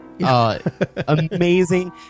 Amazing